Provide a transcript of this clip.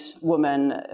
woman